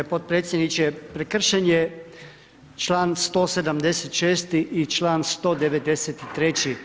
G. potpredsjedniče, prekršen je član 176. i član 193.